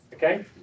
Okay